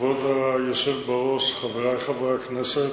כבוד היושב בראש, חברי חברי הכנסת,